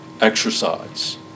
exercise